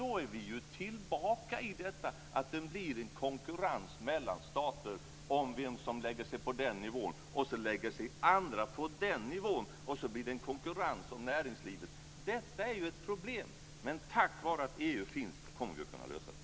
Vi är då tillbaka i en situation där en stat lägger sig på en viss nivå och andra stater lägger sig på en annan nivå, så att det blir en konkurrens om näringslivet. Detta är ett problem, men tack vare att EU finns kommer vi att kunna lösa det.